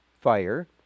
fire